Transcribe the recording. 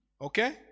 okay